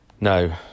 no